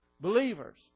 Believers